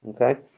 Okay